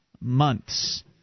months